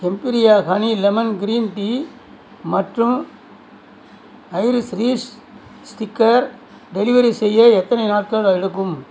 எம்பீரியா honey lemon green tea மற்றும் ஐரிஸ் ரீஷ் ஸ்டிக்கர் டெலிவரி செய்ய எத்தனை நாட்கள் எடுக்கும்